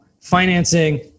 financing